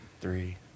three